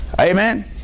Amen